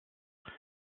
cette